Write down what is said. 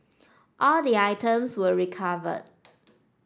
all the items were recovered